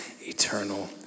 eternal